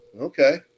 Okay